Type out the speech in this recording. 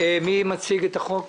מי מציג את החוק?